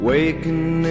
Waking